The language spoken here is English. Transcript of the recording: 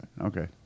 Okay